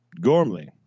Gormley